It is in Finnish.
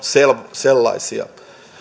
sellaisia